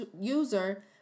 user